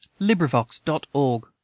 LibriVox.org